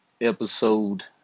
episode